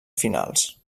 finals